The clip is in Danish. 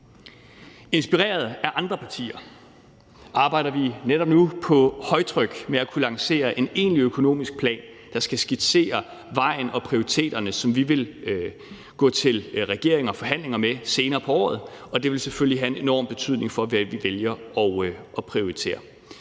Inspireret af andre partier arbejder vi netop nu på højtryk for at kunne lancere en egentlig økonomisk plan, der skal skitsere vejen og prioriteterne, og som vi vil gå til regeringen og forhandlinger med senere på året, og det vil selvfølgelig have en enorm betydning for, hvad vi vælger at prioritere.